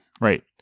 Right